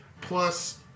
plus